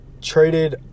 traded